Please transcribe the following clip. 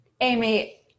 Amy